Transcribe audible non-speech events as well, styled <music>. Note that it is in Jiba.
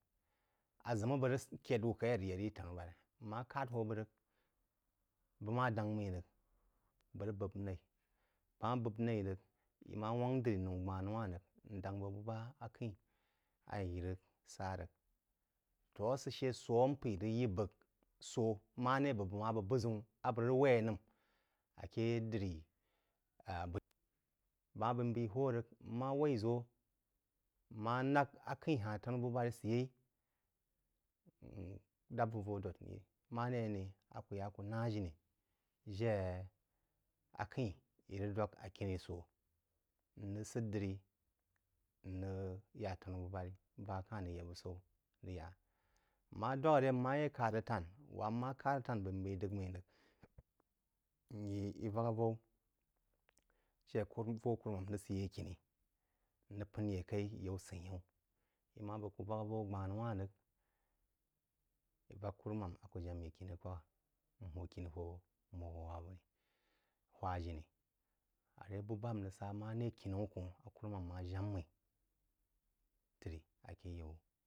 Aʒəm a bəg rəg kəd wú kaí a rəg ya a tanu-bu-bari? N ma kād hō bəg rəg bəg má dáng mmī rəg, bəg rəg hān mmí naí í má wangk diri noū gbanuwán rəg, n dáng bəg bú bá ak’ə-í í rəg sa rəg, tō asə shə sō á m p’eí rəg yī bəg sō marē bəg bəg ma bəg bəgʒəu a bəg rəg waī nəm aké diri <hesitation> bəm má b’aí n b’aí-hahn tanu-bu-bari səyei n dáp bəg vō dōd n marē anè a kú yá akú ná jiní jé ak’ə-í í rəg dwak akiní sō nrəg səd diri n rəg ya a tanu-bu-bari, ba ka-hn rəg ya búsaú rəg ya. Ń ma ka-hn dwak a ré n ma yé kād rəg tān, wa-mmí má kar tān b’aí d’əgh mmí rəg n yī í vak avaou jé a vō kúrúmām rəg səd ye khini n rəg pən ye kai yau səyimə, í. Ma bəg kú vak avoú gbánúwān vəg – i vak kúrúmām a ku̍ jám yí khímí akwa-gh-n hō khimí n hō hwa jinǐ. Aré bú bá n rəg sá maré kinau-kōnh a kummām ma jām mmī trī ake yaú